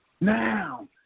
Now